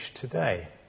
today